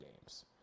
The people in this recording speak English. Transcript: games